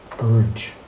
urge